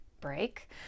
break